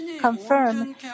confirm